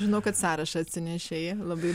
žinau kad sąrašą atsinešei labai